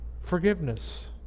forgiveness